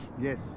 Yes